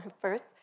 first